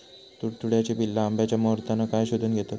तुडतुड्याची पिल्ला आंब्याच्या मोहरातना काय शोशून घेतत?